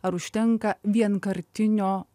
ar užtenka vienkartinio